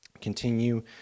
Continue